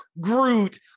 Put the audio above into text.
Groot